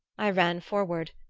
i ran forward,